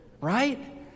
Right